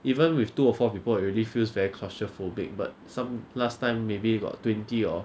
even with two or four people already feels very claustrophobic but some last time maybe got twenty or